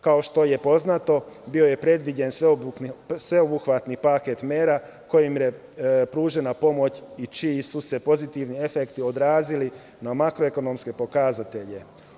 Kao što je poznato, bio je predviđen sveobuhvatni paket mera kojima je pružena pomoć i čiji su se pozitivni efekti odrazili na makroekonomske pokazatelje.